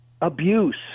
abuse